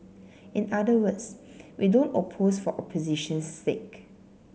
in other words we don't oppose for opposition's sake